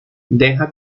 deja